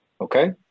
Okay